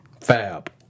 Fab